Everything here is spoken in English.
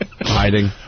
hiding